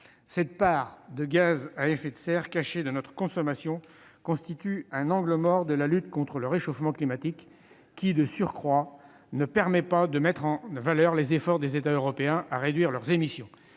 Cette part de gaz à effet de serre cachée de notre consommation constitue « un angle mort de la lutte contre le réchauffement climatique », qui, de surcroît, ne permet pas de mettre en valeur les efforts des États européens pour réduire leurs émissions.